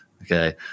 Okay